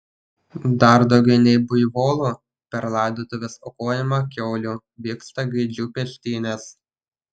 dar daugiau nei buivolų per laidotuves aukojama kiaulių vyksta gaidžių peštynės